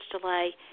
delay